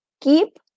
keep